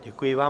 Děkuji vám.